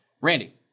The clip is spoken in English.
Randy